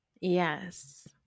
Yes